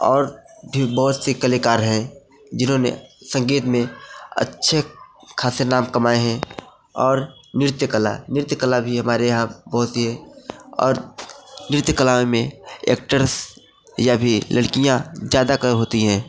और भी बहुत से कलाकार हैं जिन्होंने संगीत में अच्छे ख़ासे नाम कमाए हैं और नृत्य कला नृत्या कला भी हमारे यहाँ बहुत सी हैं और नृत्य कला में एक्ट्रेस या भी लड़कियाँ ज़्यादातर होती हैं